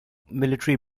military